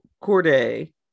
corday